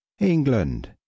England